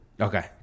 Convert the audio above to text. Okay